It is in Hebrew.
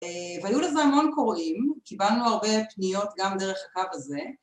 והיו לזה המון קוראים, קיבלנו הרבה פניות גם דרך הקו הזה